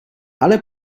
ale